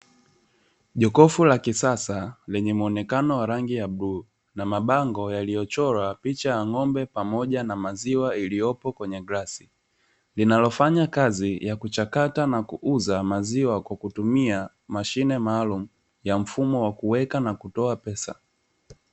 Jokofu la kisasa lenye muonekano wa rangi ya bluu na mabango yaliyochorwa picha ya ng'ombe pamoja na maziwa iliyopo kwenye glasi, linalofanya kazi ya kuchata na kuuza maziwa kwa kutumia mashine maalumu ya mfumo wa kuweka na kutoa pesa.